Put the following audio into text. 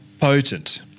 potent